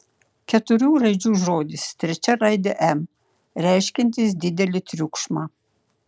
keturių raidžių žodis trečia raidė m reiškiantis didelį triukšmą